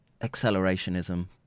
accelerationism